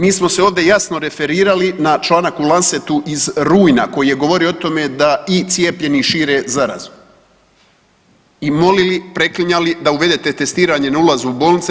Mi smo se ovdje jasno referirali na članak u Landsetu iz rujna koji je govorio o tome da i cijepljeni šire zarazu i molili, preklinjali da uvedete testiranje na ulazu u bolnice.